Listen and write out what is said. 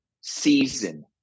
season